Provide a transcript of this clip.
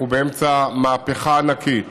אנחנו באמצע מהפכה ענקית,